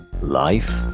life